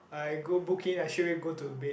I go book in I straight away go to bed